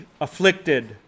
afflicted